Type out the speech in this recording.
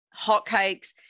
hotcakes